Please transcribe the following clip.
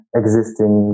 existing